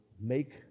make